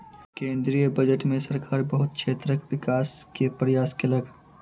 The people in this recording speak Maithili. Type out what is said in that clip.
केंद्रीय बजट में सरकार बहुत क्षेत्रक विकास के प्रयास केलक